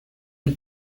del